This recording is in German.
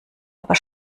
aber